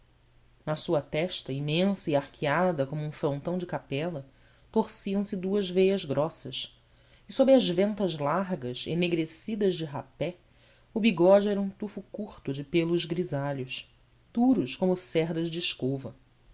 na sua testa imensa e arqueada como um frontão de capela torciam se duas veias grossas e sob as ventas largas enegrecidas de rapé o bigode era um tufo curto de pêlos grisalhos duros como cerdas de escova